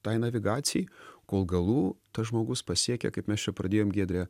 tai navigacijai kol galų tas žmogus pasiekia kaip mes čia pradėjom giedre